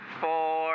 four